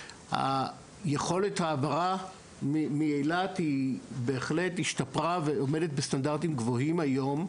יכולת ההעברה מאילת בהחלט השתפרה ועומדת בסטנדרטים גבוהים היום,